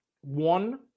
one